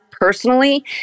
personally